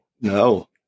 No